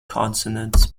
consonant